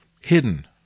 hidden